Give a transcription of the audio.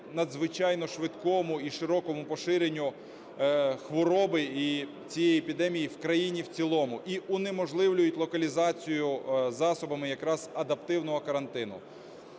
надзвичайно швидкому і широкому поширенню хвороби і цієї епідемії в країні в цілому і унеможливлюють локалізацію засобами якраз адаптивного карантину.